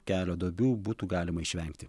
kelio duobių būtų galima išvengti